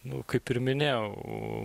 nu kaip ir minėjau